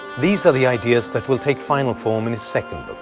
these are the ideas that will take final form in his second